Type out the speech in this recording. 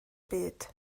byd